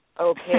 okay